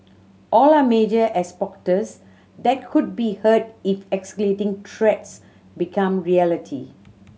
all are major exporters that could be hurt if escalating threats become reality